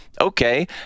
okay